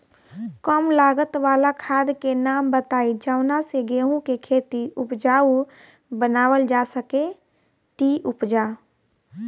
कम लागत वाला खाद के नाम बताई जवना से गेहूं के खेती उपजाऊ बनावल जा सके ती उपजा?